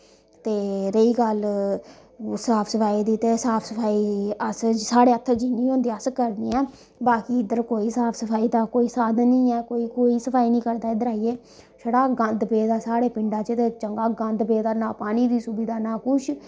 ते रेही गल्ल साफ सफाई दी ते साफ सफाई अस साढ़ै हत्थें जिन्नी होंदी ऐ अस करने आं बाकी इध्दर कोई साफ सफाई दा कोई साधन नी ऐ कोई सफाई नी करदा इध्दर आइयै छड़ा गंद पेदा साढ़े पिंडा च ते चंगा गंद पेदा ते ना पानी दी सुविधा ना कुछ